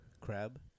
Crab